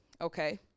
okay